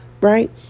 right